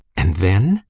and then